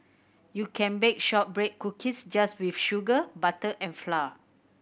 you can bake shortbread cookies just with sugar butter and flour